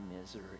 misery